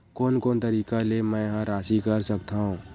कोन कोन तरीका ले मै ह राशि कर सकथव?